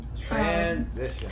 Transition